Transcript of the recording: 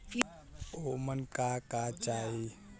ओमन का का चाही?